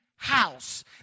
house